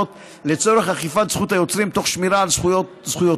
לצורך אכיפת זכות היוצרים תוך שמירה על זכויותיו